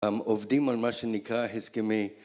עובדים על מה שנקרא הסכמי.